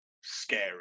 scary